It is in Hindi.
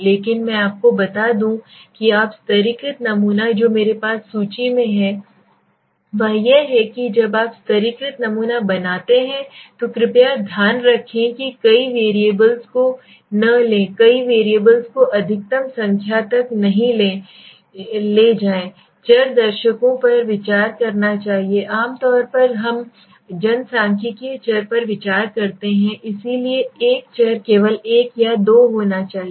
लेकिन मैं आपको बता दूं कि आप स्तरीकृत नमूना जो मेरे पास सूची में है वह यह है कि जब आप स्तरीकृत नमूना बनाते हैं तो कृपया ध्यान रखें कि कई वेरिएबल्स को न लें कई वेरिएबल्स को अधिकतम संख्या तक नहीं ले जाएं चर दर्शकों पर विचार करना चाहिए आम तौर पर हम जनसांख्यिकीय चर पर विचार करते हैं इसलिए एक चर केवल एक या दो होना चाहिए